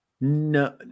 No